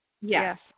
yes